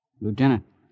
Lieutenant